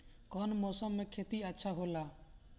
कौन मौसम मे खेती अच्छा होला?